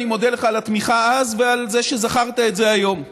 אני מודה לך על התמיכה אז ועל זה שזכרת את זה היום.